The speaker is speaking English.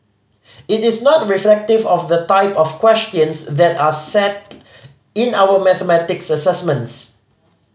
it is not reflective of the type of questions that are set in our mathematics assessments